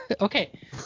Okay